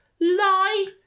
Lie